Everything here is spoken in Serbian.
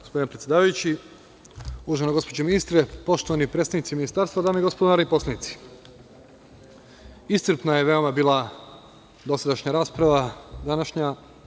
Gospodine predsedavajući, uvažena gospođo ministre, poštovani predstavnici Ministarstva, dame i gospodo narodni poslanici, iscrpna je veoma bila dosadašnja rasprava današnja.